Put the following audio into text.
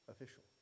official